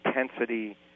intensity